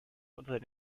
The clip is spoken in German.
unter